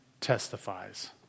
testifies